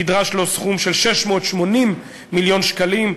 נדרש לה סכום של 680 מיליון שקלים.